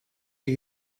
new